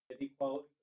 Equality